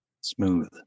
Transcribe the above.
Smooth